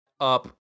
up